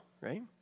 right